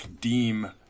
deem